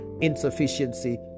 insufficiency